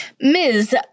ms